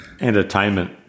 entertainment